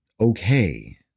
okay